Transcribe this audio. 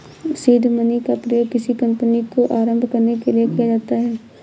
seed money का प्रयोग किसी कंपनी को आरंभ करने के लिए किया जाता है